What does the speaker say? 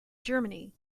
germany